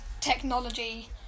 technology